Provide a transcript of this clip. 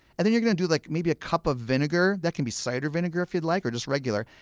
and then you're going to do like maybe a cup of vinegar. that can be cider vinegar if you'd like, or just regular.